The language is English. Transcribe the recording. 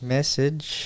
Message